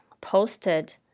posted